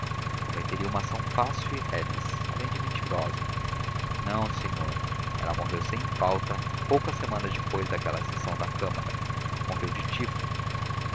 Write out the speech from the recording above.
cometeria uma ação fácil e reles além de mentirosa não senhor ela morreu sem falta poucas semanas depois daquela sessão da câmara morreu de tifo